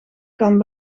kan